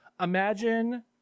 Imagine